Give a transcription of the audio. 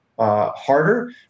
Harder